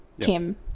Kim